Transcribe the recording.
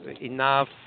enough